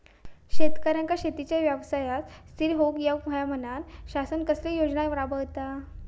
शेतकऱ्यांका शेतीच्या व्यवसायात स्थिर होवुक येऊक होया म्हणान शासन कसले योजना राबयता?